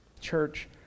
Church